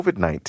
COVID-19